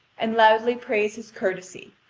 and loudly praise his courtesy,